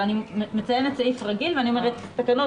אבל אני מציינת סעיף רגיל ואני אומרת: תקנות